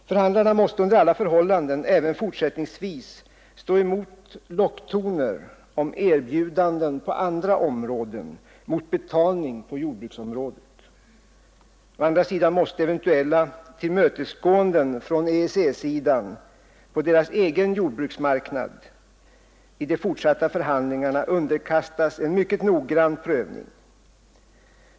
Förhandlarna måste under alla förhållanden även fortsättningsvis stå emot locktoner om erbjudanden på andra områden mot betalning på jordbruksområdet. Å andra sidan måste eventuella tillmötesgåenden från EEC-sidan på dess egen livsmedelsmarknad i de fortsatta förhandlingarna underkastas en mycket noggrann prövning.